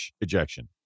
ejection